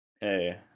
Hey